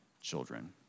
children